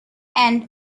end